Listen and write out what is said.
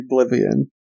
Oblivion